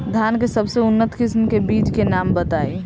धान के सबसे उन्नत किस्म के बिज के नाम बताई?